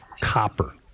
copper